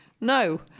no